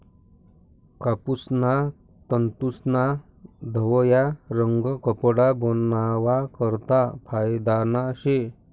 कापूसना तंतूस्ना धवया रंग कपडा बनावा करता फायदाना शे